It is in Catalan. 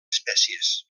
espècies